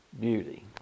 beauty